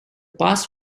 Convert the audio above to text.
pass